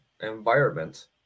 environment